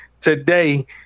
today